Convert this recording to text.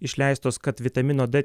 išleistos kad vitamino d